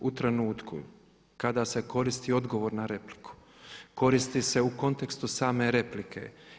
U trenutku kada se koristi odgovor na repliku koristi se u kontekstu same replike.